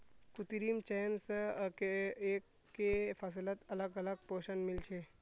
कृत्रिम चयन स एकके फसलत अलग अलग पोषण मिल छे